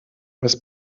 das